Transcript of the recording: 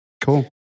Cool